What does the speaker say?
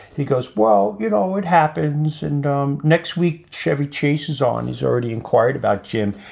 he goes, well, you know what happens? and um next week, chevy chase is on his already inquired about jim.